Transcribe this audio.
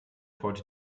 heute